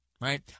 right